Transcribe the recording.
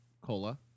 Cola